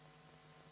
Hvala